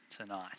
tonight